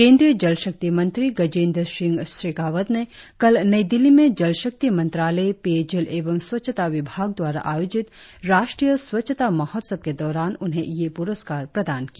केंद्रीय जल शक्ति मंत्री गजेंद्र सिंह शेखावट ने कल नई दिल्ली में जल शक्ति मंत्रालय पेयजल एवं स्वच्छता विभाग द्वारा आयोजित राष्ट्रीय स्वच्छता महोत्सव के दौरान उन्हें यह पुरस्कार प्रदान किया